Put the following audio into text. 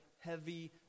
heavy